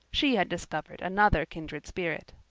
she had discovered another kindred spirit.